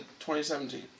2017